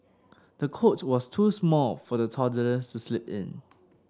the cot was too small for the toddler to sleep in